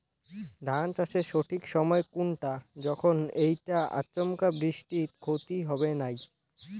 ধান চাষের সঠিক সময় কুনটা যখন এইটা আচমকা বৃষ্টিত ক্ষতি হবে নাই?